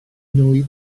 nwy